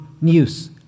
news